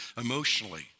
emotionally